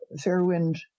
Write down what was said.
Fairwind